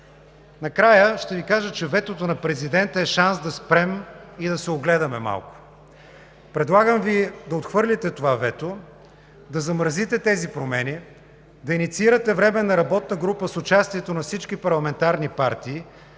Накрая ще Ви кажа, че ветото на президента е шанс да спрем и да се огледаме малко. Предлагам Ви да подкрепите това вето, да замразите тези промени, да инициирате временна работна група с участието на всички парламентарни партии,